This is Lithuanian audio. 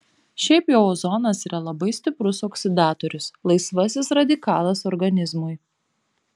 šiaip jau ozonas yra labai stiprus oksidatorius laisvasis radikalas organizmui